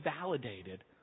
validated